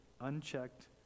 unchecked